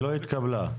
שלא התקבלה.